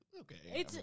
okay